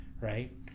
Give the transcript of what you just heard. right